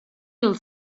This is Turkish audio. yıl